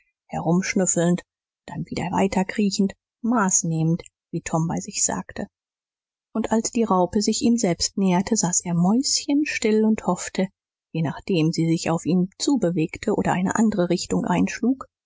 herumschnüffelnd dann wieder weiterkriechend maßnehmend wie tom bei sich sagte und als die raupe sich ihm selbst näherte saß er mäuschenstill und hoffte je nachdem sie sich auf ihn zu bewegte oder eine andere richtung einschlug